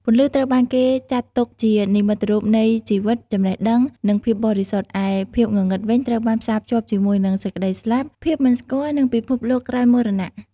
ពន្លឺត្រូវបានគេចាត់ទុកជានិមិត្តរូបនៃជីវិត ចំណេះដឹង និងភាពបរិសុទ្ធ ឯភាពងងឹតវិញ ត្រូវបានផ្សារភ្ជាប់ជាមួយនឹងសេចក្តីស្លាប់ ភាពមិនស្គាល់ និងពិភពលោកក្រោយមរណៈ ។